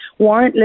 warrantless